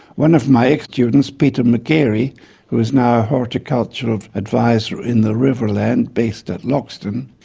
one of my ex-students, peter magarey who is now a horticultural adviser in the riverland based at loxton,